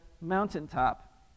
mountaintop